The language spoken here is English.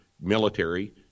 military